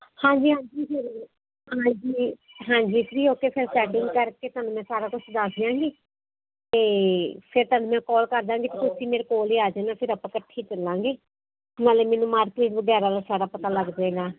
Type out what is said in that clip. ਹਾਂਜੀ ਹਾਂਜੀ ਫਿਰ ਹਾਂਜੀ ਹਾਂਜੀ ਫਰੀ ਹੋ ਕੇ ਫਿਰ ਸੈਟਿੰਗ ਕਰਕੇ ਤੁਹਾਨੂੰ ਮੈਂ ਸਾਰਾ ਕੁਛ ਦੱਸ ਦਿਆਂਗੀ ਅਤੇ ਫਿਰ ਤੁਹਾਨੂੰ ਮੈਂ ਕਾਲ ਕਰ ਦੇਵਾਂਗੀ ਅਤੇ ਤੁਸੀਂ ਮੇਰੇ ਕੋਲ ਹੀ ਆ ਜਾਣਾ ਫਿਰ ਆਪਾਂ ਇਕੱਠੇ ਚੱਲਾਂਗੇ ਨਾਲੇ ਮੈਨੂੰ ਮਾਰਕੀਟ ਵਗੈਰਾ ਦਾ ਸਾਰਾ ਪਤਾ ਲੱਗ ਜਾਏਗਾ